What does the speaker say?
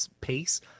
pace